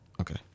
Okay